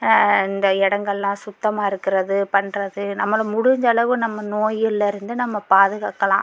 இந்த இடங்கள்லா சுத்தமாக இருக்கிறது பண்ணறது நம்பளும் முடிஞ்ச அளவு நம்ம நோயிலிருந்து நம்ம பாதுகாக்கலாம்